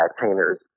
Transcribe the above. painters